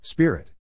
Spirit